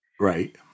Right